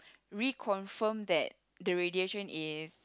reconfirm that the radiation is